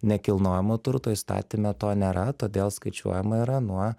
nekilnojamojo turto įstatyme to nėra todėl skaičiuojama yra nuo